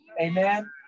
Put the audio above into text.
Amen